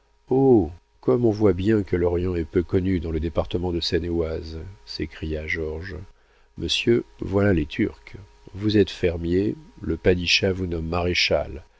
comme on voit bien que l'orient est peu connu dans le département de seine-et-oise s'écria georges monsieur voilà les turcs vous êtes fermier le padischah vous